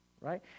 right